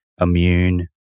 immune